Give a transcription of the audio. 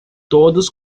todos